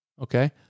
okay